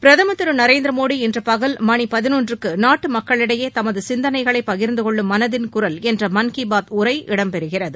பிரதமர் திரு நரேந்திர மோடி இன்று பகல் மணி பதினொன்றுக்கு நாட்டு மக்களிடையே தமது சிந்தனைகளை பகிர்ந்து கொள்ளும் மனதின் குரல் என்ற மன் கி பாத் உரை இடம் பெறுகிறது